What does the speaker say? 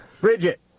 Bridget